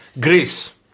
Greece